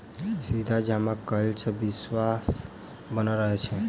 सीधा जमा कयला सॅ विश्वास बनल रहैत छै